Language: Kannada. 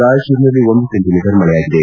ರಾಯಚೂರಿನಲ್ಲಿ ಒಂದು ಸೆಂಟಮೀಟರ್ ಮಳೆಯಾಗಿದೆ